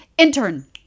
Intern